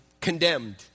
condemned